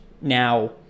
now